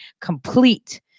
complete